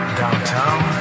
downtown